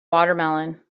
watermelon